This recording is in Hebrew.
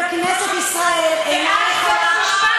וכנסת ישראל, ואת בית-משפט.